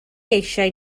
eisiau